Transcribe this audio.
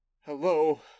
Hello